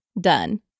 done